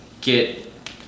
get